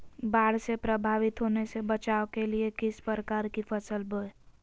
बाढ़ से प्रभावित होने से बचाव के लिए किस प्रकार की फसल बोए?